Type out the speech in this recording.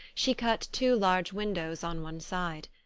she cut two large win dows on one side.